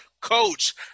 Coach